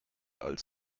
als